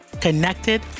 connected